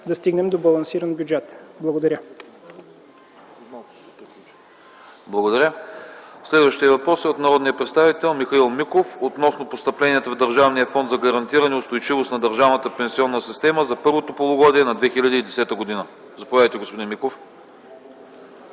ПРЕДСЕДАТЕЛ АНАСТАС АНАСТАСОВ: Благодаря. Следващият въпрос е от народния представител Михаил Миков относно постъпленията в Държавния фонд за гарантиране устойчивост на държавната пенсионна система за първото полугодие на 2010 г. Заповядайте, господин Миков.